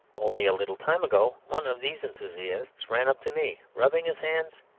only a little time ago one of these enthusiasts ran up to me, rubbing his hands,